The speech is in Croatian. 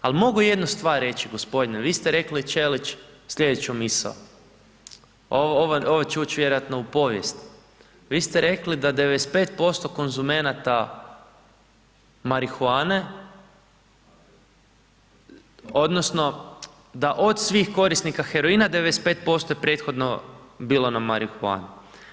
Ali mogu jednu stvar reći gospodine vi ste rekli Ćelić slijedeću misao, ovo će ući vjerojatno u povijest, vi ste rekli da 95% konzumenta marihuane odnosno da od svih korisnika heroina 95% je prethodno bilo na marihuani.